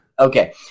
Okay